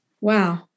Wow